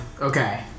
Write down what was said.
Okay